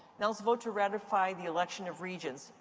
now, let's vote to ratify the election of regents.